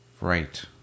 Right